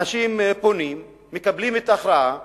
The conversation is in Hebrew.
אנשים פונים ומקבלים את ההכרעה